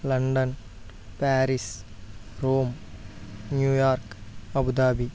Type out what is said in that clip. London Paris Rome New York Abu Dhabi